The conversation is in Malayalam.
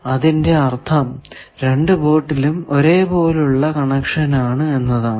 അതിന്റെ അർത്ഥം രണ്ടു പോർട്ടിലും ഒരേ പോലെ ഉള്ള കണക്ഷൻ ആണ് എന്നാണ്